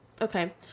Okay